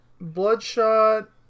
Bloodshot